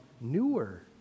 newer